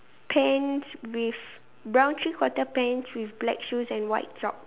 pants with brown three quarter pants with black shoes and white socks